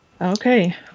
Okay